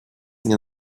nie